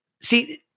see